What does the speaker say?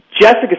Jessica